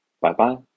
Bye-bye